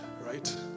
right